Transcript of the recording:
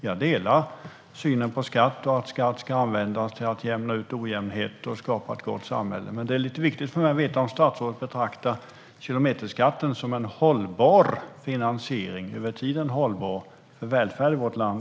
Jag delar synen på skatt och att skatt ska användas till att jämna ut ojämnheter och skapa ett gott samhälle. Men det är viktigt för mig att få veta om statsrådet betraktar kilometerskatten som en över tiden hållbar finansiering av välfärden i vårt land.